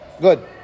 good